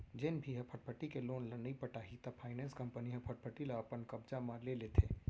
जेन भी ह फटफटी के लोन ल नइ पटाही त फायनेंस कंपनी ह फटफटी ल अपन कब्जा म ले लेथे